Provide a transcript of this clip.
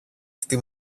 στη